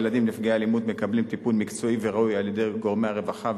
הילדים נפגעי האלימות מקבלים טיפול מקצועי וראוי על-ידי גורמי הרווחה,